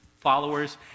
Followers